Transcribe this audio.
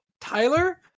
tyler